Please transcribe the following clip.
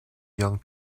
young